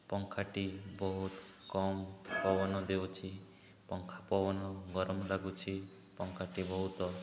ପଙ୍ଖାଟି ବହୁତ କମ୍ ପବନ ଦେଉଛି ପଙ୍ଖା ପବନ ଗରମ ଲାଗୁଛି ପଙ୍ଖାଟି ବହୁତ